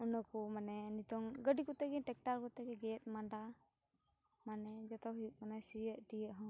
ᱤᱱᱟᱹᱠᱚ ᱢᱟᱱᱮ ᱱᱤᱛᱚᱝ ᱜᱟᱹᱰᱤ ᱠᱚᱛᱮᱜᱮ ᱴᱮᱠᱴᱟᱨ ᱠᱚᱛᱮᱜᱮ ᱜᱮᱫ ᱢᱟᱱᱰᱟ ᱢᱟᱱᱮ ᱡᱚᱛᱚ ᱦᱩᱭᱩᱜ ᱠᱟᱱᱟ ᱥᱤᱭᱳᱜ ᱴᱤᱭᱳᱜ ᱦᱚᱸ